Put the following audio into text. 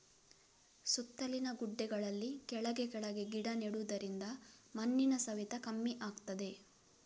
ಸುತ್ತಲಿನ ಗುಡ್ಡೆಗಳಲ್ಲಿ ಕೆಳಗೆ ಕೆಳಗೆ ಗಿಡ ನೆಡುದರಿಂದ ಮಣ್ಣಿನ ಸವೆತ ಕಮ್ಮಿ ಆಗ್ತದೆ